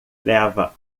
leva